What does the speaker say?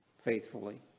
faithfully